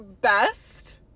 best